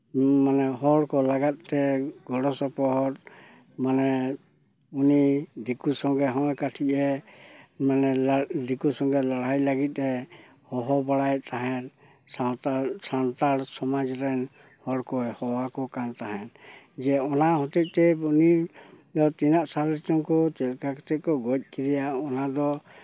ᱢᱟᱱᱮ ᱦᱚᱲᱠᱚ ᱞᱟᱹᱜᱤᱫ ᱛᱮ ᱜᱚᱲᱚᱥᱚᱯᱚᱦᱚᱫ ᱢᱟᱱᱮ ᱩᱱᱤ ᱫᱤᱠᱩ ᱥᱮᱝᱜᱮ ᱦᱚᱸ ᱠᱟᱹᱴᱤᱡ ᱮ ᱢᱟᱱᱮ ᱫᱤᱠᱩ ᱥᱚᱝᱜᱮ ᱞᱟᱹᱲᱦᱟᱹᱭ ᱞᱟᱹᱜᱤᱫ ᱮ ᱦᱚᱦᱚ ᱵᱟᱲᱟᱭᱮᱫ ᱛᱟᱦᱮᱸᱫ ᱥᱟᱶᱛᱟ ᱥᱟᱱᱛᱟᱲ ᱥᱚᱢᱟᱡᱽ ᱨᱮᱱ ᱦᱚᱲ ᱠᱚᱭ ᱦᱚᱦᱚᱣᱟᱠᱚ ᱠᱟᱱ ᱛᱟᱦᱮᱸᱫ ᱡᱮ ᱚᱱᱟ ᱦᱚᱛᱮᱫ ᱛᱮ ᱩᱱᱤ ᱫᱚ ᱛᱤᱱᱟᱹᱜ ᱥᱟᱞ ᱨᱮᱪᱚᱝ ᱠᱚ ᱪᱮᱫ ᱞᱮᱠᱟ ᱠᱟᱛᱮᱫ ᱪᱚᱠᱚ ᱜᱚᱡ ᱠᱮᱫᱮᱭᱟ ᱚᱱᱟᱫᱚ